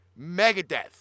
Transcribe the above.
Megadeth